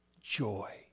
joy